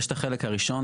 יש את החלק הראשון,